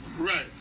Right